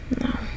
no